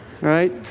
right